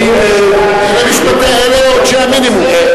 אני, בית-המשפט, אלה עונשי המינימום.